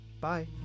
Bye